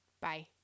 Bye